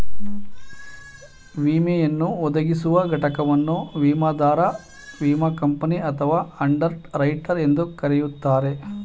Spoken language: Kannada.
ವಿಮೆಯನ್ನು ಒದಗಿಸುವ ಘಟಕವನ್ನು ವಿಮಾದಾರ ವಿಮಾ ಕಂಪನಿ ಅಥವಾ ಅಂಡರ್ ರೈಟರ್ ಎಂದು ಕರೆಯುತ್ತಾರೆ